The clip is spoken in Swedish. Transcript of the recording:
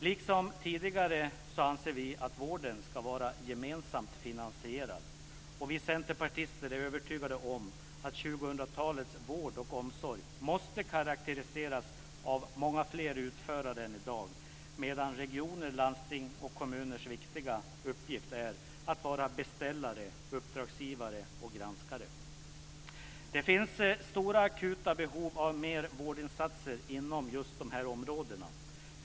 Liksom tidigare anser vi att vården ska vara gemensamt finansierad. Vi centerpartister är övertygade om att 2000-talets vård och omsorg måste karakteriseras av många fler utförare än i dag, medan regioners, landstings och kommuners viktiga uppgift är att vara beställare, uppdragsgivare och granskare. Det finns stora akuta behov av mer vårdinsatser inom just de här områdena.